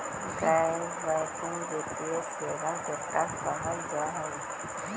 गैर बैंकिंग वित्तीय सेबा केकरा कहल जा है?